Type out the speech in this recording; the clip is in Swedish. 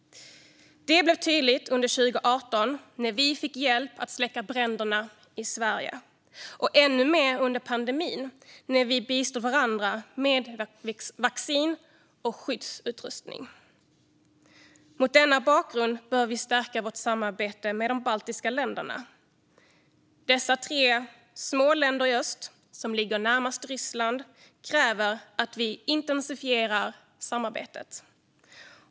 Detta blev tydligt under 2018 när Sverige fick hjälp att släcka bränderna här och ännu mer under pandemin när vi bistod varandra med vaccin och skyddsutrustning. Mot denna bakgrund behöver vi stärka vårt samarbete med de baltiska länderna. Dessa tre små länder i öst, som ligger närmast Ryssland, kräver att vi intensifierar samarbetet.